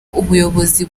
ubuyobozi